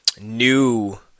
new